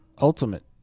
Ultimate